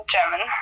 German